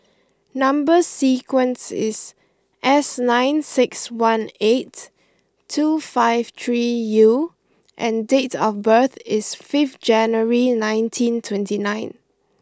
number sequence is S nine six one eight two five three U and date of birth is fifth January nineteen twenty nine